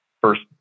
first